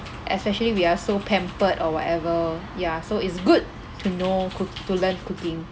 especially we are so pampered or whatever ya so it's good to know cook~ to learn cooking